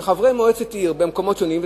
שחברי מועצת עיר במקומות שונים,